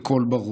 בקול ברור.